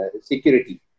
security